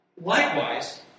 likewise